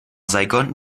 saigon